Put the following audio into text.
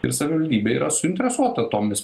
ir savivaldybė yra suinteresuota tomis